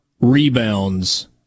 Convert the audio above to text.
rebounds